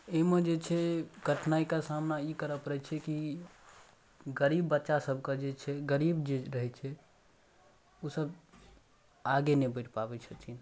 एहिमे जे छै कठिनाइके सामना ई करऽ पड़ै छै कि गरीब बच्चासभके जे छै गरीब जे रहै छै ओसभ आगू नहि बढ़ि पाबै छथिन